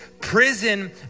prison